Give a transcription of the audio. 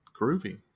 groovy